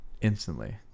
Instantly